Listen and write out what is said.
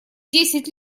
десять